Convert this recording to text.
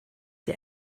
der